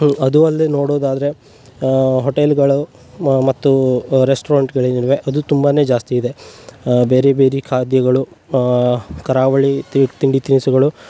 ಅದು ಅಲ್ಲದೇ ನೋಡೋದಾದರೆ ಹೊಟೆಲ್ಗಳು ಮತ್ತು ರೆಸ್ಟೋರೆಂಟ್ಗಳೇನಿವೆ ಅದು ತುಂಬಾನೆ ಜಾಸ್ತಿ ಇದೆ ಬೇರೆ ಬೇರೆ ಖಾದ್ಯಗಳು ಕರಾವಳಿ ತಿಂಡಿ ತಿನಿಸುಗಳು